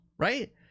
Right